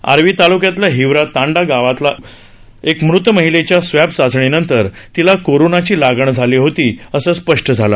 आर्वी तालूक्यातल्या हिवरा तांडा गावातली एका मृत महिलेच्या स्वॅब चाचणीनंतर तीला कोरोनाची लागण झाली होती असं स्पष्ट झालं